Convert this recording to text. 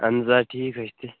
اَہَن حظ آ ٹھیٖک حظ چھُ تیٚلہِ